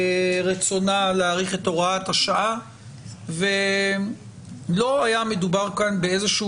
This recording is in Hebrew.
ברצונה להאריך את הוראת השעה ולא היה מדובר כאן באיזה שהוא